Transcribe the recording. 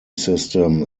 system